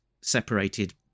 separated